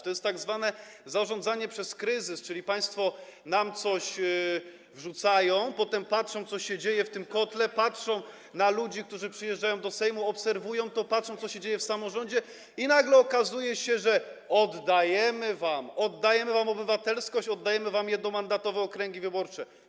To jest tzw. zarządzanie przez kryzys, czyli państwo nam coś wrzucają, potem patrzą, co się dzieje w tym kotle, patrzą na ludzi, którzy przyjeżdżają do Sejmu, obserwują to, patrzą, co się dzieje w samorządzie, i nagle okazuje się, że: oddajemy wam, oddajemy wam obywatelskość, oddajemy wam jednomandatowe okręgi wyborcze.